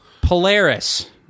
Polaris